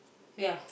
ya